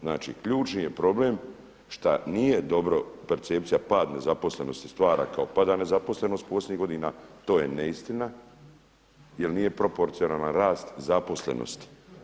Znači ključni je problem šta nije dobro percepcija pad nezaposlenosti stvara kao pada nezaposlenosti posljednjih godina, to je neistina jer nije proporcionalna rast zaposlenosti.